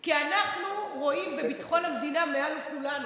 כי אנחנו רואים את ביטחון המדינה מעל כולנו,